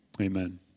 amen